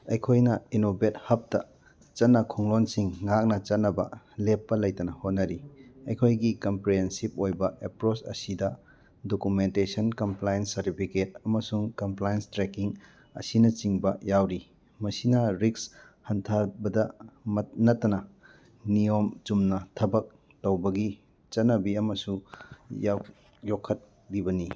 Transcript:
ꯑꯩꯈꯣꯏꯅ ꯏꯅꯣꯚꯦꯠ ꯍꯕꯇ ꯆꯠꯅ ꯈꯣꯡꯂꯣꯟꯁꯤꯡ ꯉꯥꯛꯅ ꯆꯠꯅꯕ ꯂꯦꯞꯄ ꯂꯩꯇꯅ ꯍꯣꯠꯅꯔꯤ ꯑꯩꯈꯑꯣꯏꯒꯤ ꯀꯝꯄ꯭ꯔꯦꯍꯦꯟꯁꯤꯞ ꯑꯣꯏꯕ ꯑꯦꯄ꯭ꯔꯣꯁ ꯑꯁꯤꯗ ꯗꯣꯀꯨꯃꯦꯟꯇꯦꯁꯟ ꯀꯝꯄ꯭ꯂꯥꯏꯟꯁ ꯁꯥꯔꯇꯤꯐꯤꯀꯦꯠ ꯑꯃꯁꯨꯡ ꯀꯝꯄ꯭ꯂꯥꯏꯟꯁ ꯇ꯭ꯔꯦꯀꯤꯡ ꯑꯁꯤꯅꯆꯤꯡ ꯌꯥꯎꯔꯤ ꯃꯁꯤꯅ ꯔꯤꯛꯁ ꯍꯟꯊꯕꯗ ꯅꯠꯇꯅ ꯅꯤꯌꯣꯝ ꯆꯨꯝꯅ ꯊꯕꯛ ꯇꯧꯕꯒꯤ ꯆꯠꯅꯕꯤ ꯑꯃꯁꯨ ꯌꯣꯛꯈꯠꯂꯤꯕꯅꯤ